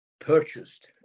purchased